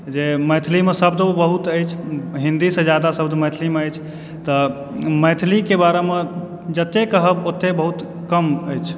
जे मैथिलीमे शब्दो बहुत अछि हिंदीसंँ जादा शब्द मैथिलीमे अछि तऽ मैथिलीके बारेमे जते कहब ओते बहुत कम अछि